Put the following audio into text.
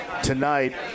tonight